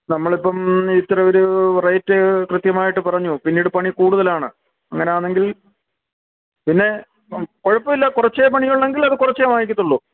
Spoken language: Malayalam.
നമ്മളിപ്പം ഇത്ര ഒരു റേറ്റ് കൃത്യമായിട്ട് പറഞ്ഞു പിന്നീട് പണി കൂടുതലാണ് അങ്ങനാന്നെങ്കിൽ പിന്നെ കുഴപ്പമില്ല കുറച്ചേ പണിയുളെളങ്കിൽ അത് കുറച്ചേ വാങ്ങിക്കത്തുള്ളു